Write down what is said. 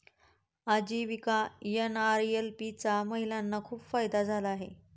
आजीविका एन.आर.एल.एम चा महिलांना खूप फायदा झाला आहे